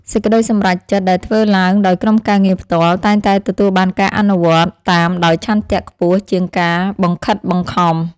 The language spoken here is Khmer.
សេចក្តីសម្រេចចិត្តដែលធ្វើឡើងដោយក្រុមការងារផ្ទាល់តែងតែទទួលបានការអនុវត្តតាមដោយឆន្ទៈខ្ពស់ជាងការបង្ខិតបង្ខំ។